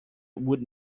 would